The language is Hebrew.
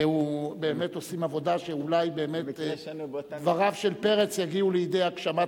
ובאמת עושים עבודה שאולי באמת דבריו של פרץ יגיעו לידי הגשמת